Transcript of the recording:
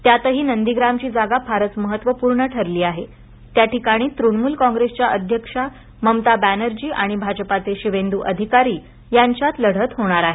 त्यातही नंदीग्राम ची जागा फारच महत्त्वपूर्ण ठरली आहे त्या ठिकणी तृणमूल कॉंग्रेसच्या अध्यक्ष ममता बॅनर्जी आणि भाजपाचे शिवेंदू अधिकारी यांच्यात लढत होणार आहे